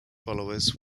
followers